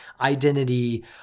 identity